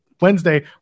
Wednesday